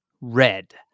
red